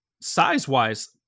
size-wise